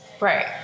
Right